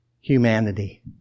humanity